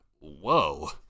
whoa